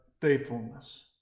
faithfulness